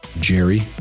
Jerry